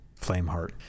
Flameheart